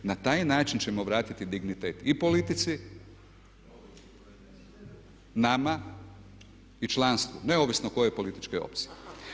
Na taj način ćemo vratiti dignitet i politici, nama i članstvu, neovisno kojoj političkoj opciji.